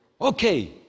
okay